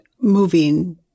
moving